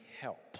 help